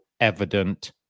evident